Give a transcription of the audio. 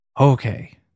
Okay